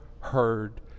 heard